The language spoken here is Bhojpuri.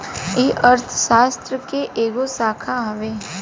ई अर्थशास्त्र के एगो शाखा हवे